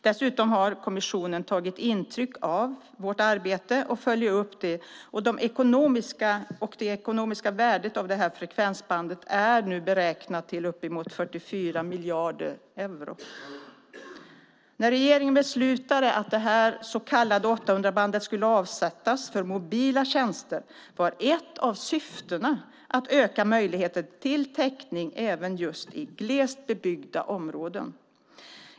Dessutom har kommissionen tagit intryck av vårt arbete och följer upp det, och det ekonomiska värdet av det här frekvensbandet är nu beräknat till uppemot 44 miljarder euro. När regeringen beslutade att det här så kallade 800-bandet skulle avsättas för mobila tjänster var ett av syftena att öka möjligheten till täckning även i glest bebyggda områden.